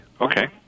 Okay